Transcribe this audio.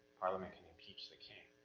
parliament can impeach the king.